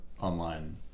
online